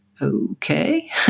okay